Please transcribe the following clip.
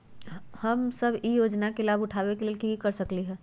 हम सब ई योजना के लाभ उठावे के लेल की कर सकलि ह?